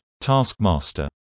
taskmaster